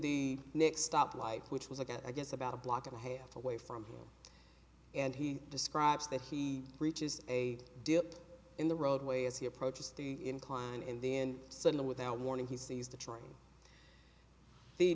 the next stop light which was again i guess about a block and a half away from him and he describes that he reaches a dip in the roadway as he approaches the incline in the end suddenly without warning he seized the train the